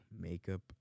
makeup